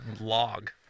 log